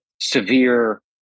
severe